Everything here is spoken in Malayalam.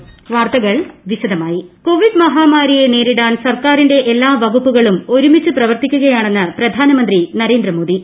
പ്രധാനമന്ത്രി യോഗം കോവിഡ് മഹാമാരിയെ നേരിടാൻ സർക്കാരിന്റെ എല്ലാ വകുപ്പുകളും ഒരുമിച്ച് പ്രവർത്തിക്കുകയാണെന്ന് പ്രധാനമന്ത്രി നരേന്ദ്ര മോദി